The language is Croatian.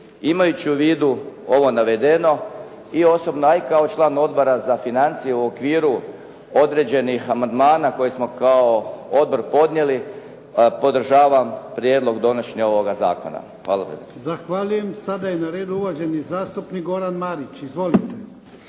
Imajući u vidu ovo navedeno i osobno, a i kao član Odbora za financije u okviru određenih amandmana koje smo kao odbor podnijeli podržavam prijedlog donošenja ovog zakona. Hvala lijepo. **Jarnjak, Ivan (HDZ)** Zahvaljujem. Sada je na redu uvaženi zastupnik Goran Marić. Izvolite.